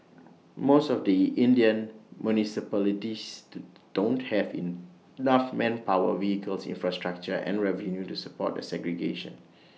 most of the Indian municipalities don't have enough manpower vehicles infrastructure and revenue to support the segregation